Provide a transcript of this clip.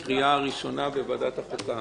החוק אושר לקריאה ראשונה בוועדת חוקה.